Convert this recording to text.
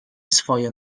swoje